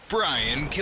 Brian